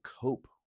cope